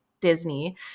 Disney